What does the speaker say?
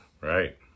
Right